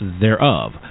thereof